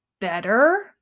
better